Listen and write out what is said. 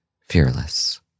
fearless